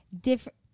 Different